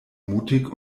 mutig